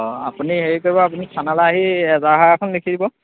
অঁ আপুনি হেৰি কৰিব আপুনি থানালৈ আহি এজহাৰ এখন লিখি দিব